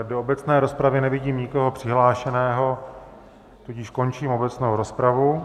Do obecné rozpravy nevidím nikoho přihlášeného, tudíž končím obecnou rozpravu.